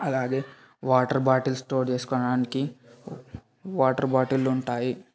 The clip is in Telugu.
అలాగే వాటర్ బాటిల్స్ స్టోర్ చేసుకోడానికి వాటర్ బాటిల్లుంటాయి